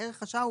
מערך השעה.